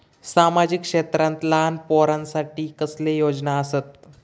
सामाजिक क्षेत्रांत लहान पोरानसाठी कसले योजना आसत?